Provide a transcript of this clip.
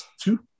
two